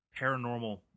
paranormal